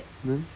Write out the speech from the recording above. then